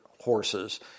horses